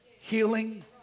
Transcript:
healing